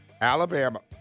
Alabama